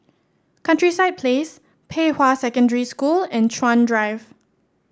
Countryside Place Pei Hwa Secondary School and Chuan Drive